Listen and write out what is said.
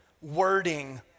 wording